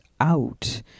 out